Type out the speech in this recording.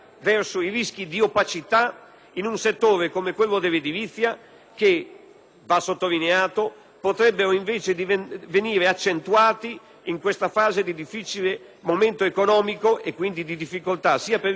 in un settore come quello dell'edilizia potrebbero invece venire accentuati in questa fase di difficile momento economico e quindi di difficoltà sia per le imprese che per le famiglie.